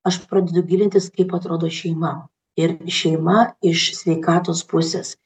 aš pradedu gilintis kaip atrodo šeima ir šeima iš sveikatos pusės